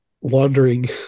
wandering